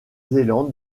zélande